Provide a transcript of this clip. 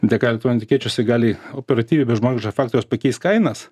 dėka tų etikečių jisai gali operatyviai be žmogiškojo faktoriaus pakeist kainas